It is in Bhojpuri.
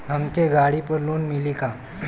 हमके गाड़ी पर लोन मिली का?